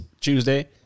Tuesday